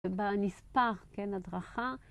בנספר, כן, הדרכה.